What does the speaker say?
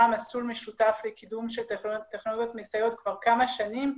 מסלול משותף לקידום של טכנולוגיות מסייעות כבר כמה שנים.